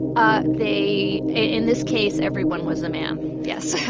ah they in this case, everyone was a man, yes so